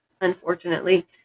unfortunately